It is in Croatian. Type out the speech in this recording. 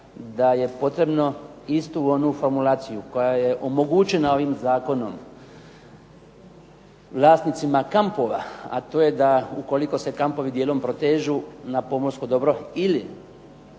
da je potrebno istu onu formulaciju koja je omogućena ovim zakonom vlasnicima kampova, a to je da ukoliko se kampovi dijelom protežu na pomorsko dobro ili